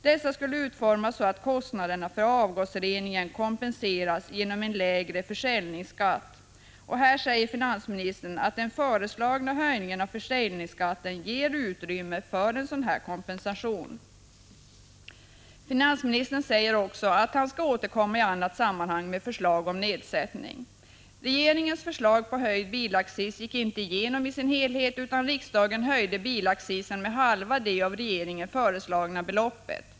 Dessa skulle utformas så att kostnaderna för avgasreningen kompenseras genom en lägre försäljningsskatt. Och här säger finansministern att den föreslagna höjningen av försäljningsskatten ger utrymme för en sådan kompensation. Finansministern säger också att han skall återkomma i annat sammanhang med förslag om nedsättning. Regeringens förslag på höjd bilaccis gick inte igenom i sin helhet, utan riksdagen höjde bilaccisen med halva det av regeringen föreslagna beloppet.